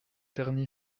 terny